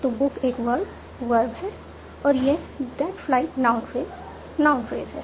तो बुक एक वर्बवर्ब है और यह that flight noun phrase noun phrase है